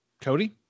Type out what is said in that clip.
Cody